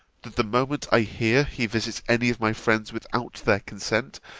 that the moment i hear he visits any of my friends without their consent,